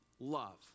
love